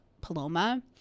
Paloma